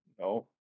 No